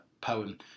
poem